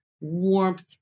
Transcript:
warmth